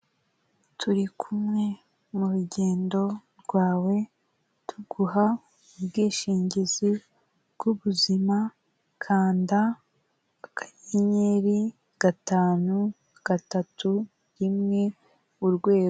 Turi kumwe mu rugendo rwawe tuguha ubwishingizi bw'ubuzima, kanda akanyenyeri gatanu gatatu rimwe urwego.